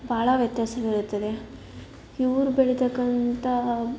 ಭಾಳ ವ್ಯತ್ಯಾಸವಿರುತ್ತದೆ ಇವರು ಬೆಳೀತಕ್ಕಂಥ